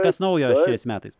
kas naujo šiais metais